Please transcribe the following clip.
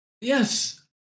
Yes